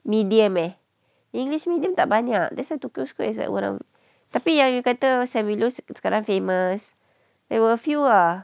medium eh english medium tak banyak that's why tokyo squares is one of tapi yang you kata sam willows sekarang famous there were a few ah